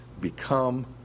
become